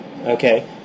okay